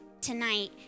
tonight